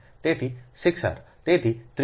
તેથી ત્રિજ્યા 6 r 2